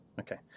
Okay